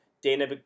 Dana